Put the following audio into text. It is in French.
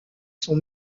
son